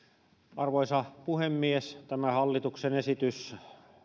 arvoisa puhemies tämä hallituksen esitys